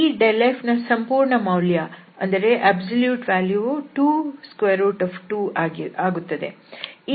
ಈ f ನ ಸಂಪೂರ್ಣ ಮೌಲ್ಯವು 22 ಆಗುತ್ತದೆ